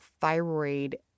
thyroid